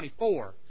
24